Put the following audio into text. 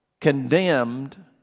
condemned